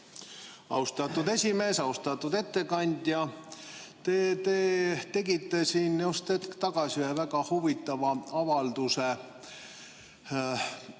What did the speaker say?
Austatud esimees! Austatud ettekandja! Te tegite siin just hetk tagasi ühe väga huvitava avalduse. Meile